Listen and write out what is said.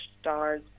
stars